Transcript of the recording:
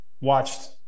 watched